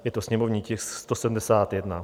Je to sněmovní tisk 171.